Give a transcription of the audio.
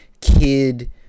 kid –